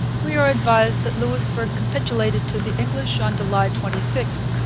we are advised that louisbourg capitulated to the english on july twenty six,